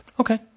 Okay